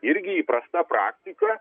irgi įprasta praktika